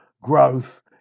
growth